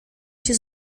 się